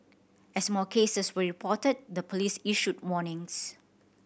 as more cases were reported the police issued warnings